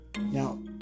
Now